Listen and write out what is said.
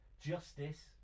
justice